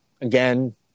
again